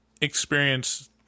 experience